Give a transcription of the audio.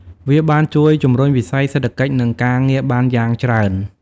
វាបានជួយជំរុញវិស័យសេដ្ឋកិច្ចនិងការងារបានយ៉ាងច្រើន។